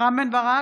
רם בן ברק,